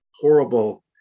horrible